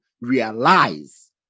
realize